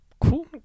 Cool